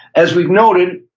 as we've noted,